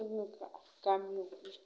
जोंनि गामि